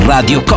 Radio